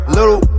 Little